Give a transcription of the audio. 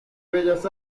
bellas